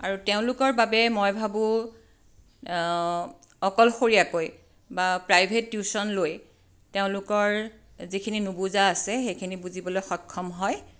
আৰু তেওঁলোকৰ বাবে মই ভাবোঁ অকলশৰীয়াকৈ বা প্ৰাইভেট টিউশ্যন লৈ তেওঁলোকৰ যিখিনি নুবুজা আছে সেইখিনি বুজিবলৈ সক্ষম হয়